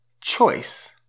choice